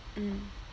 mm